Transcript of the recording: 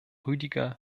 rüdiger